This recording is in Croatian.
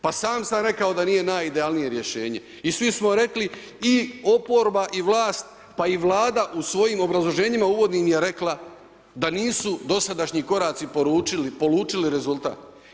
Pa sam sam rekao da nije najidealnije rješenje i svi smo rekli, i oporba i vlast pa i vlada u svojim obrazloženjima uvodnim je rekla da nisu dosadašnji koraci polučili rezultat.